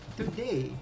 today